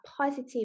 positive